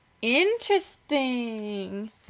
Interesting